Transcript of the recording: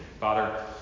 Father